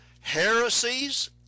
heresies